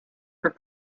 for